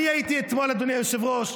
אדוני היושב-ראש,